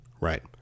Right